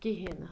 کِہیٖنۍ نہٕ